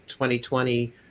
2020